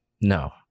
No